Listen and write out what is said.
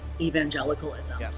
evangelicalism